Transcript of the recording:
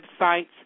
websites